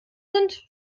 sind